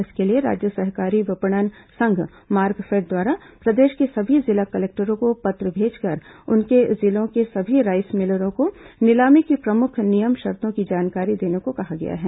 इसके लिए राज्य सहकारी विपणन संघ मार्कफेड द्वारा प्रदेश के सभी जिला कलेक्टरों को पत्र भेजकर उनके जिलों के सभी राईस मिलरों को नीलामी की प्रमुख नियम शर्तों की जानकारी देने को कहा गया है